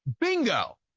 Bingo